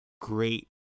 great